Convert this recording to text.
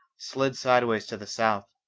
slid sidewise to the south.